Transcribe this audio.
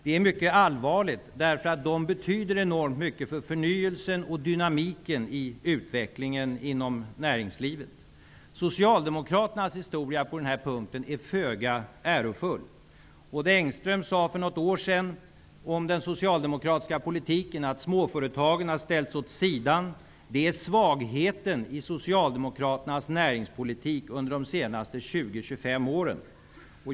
Det är mycket allvarligt -- de betyder enormt mycket för förnyelsen och dynamiken i utvecklingen inom näringslivet. Socialdemokraternas historia på den här punkten är föga ärofull. Odd Engström sade för något år sedan om den socialdemokratiska politiken att småföretagen har ställts åt sidan och att det är svagheten i Socialdemokraternas näringspolitik under de senaste 20--25 åren.